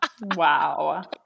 Wow